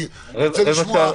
אני רוצה לשמוע.